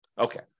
Okay